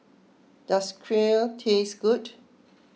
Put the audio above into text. does Kheer taste good